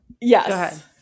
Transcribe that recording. Yes